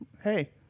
Hey